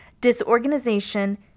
disorganization